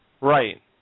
Right